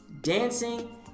Dancing